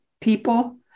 People